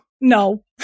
No